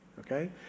Okay